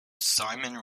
simon